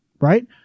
right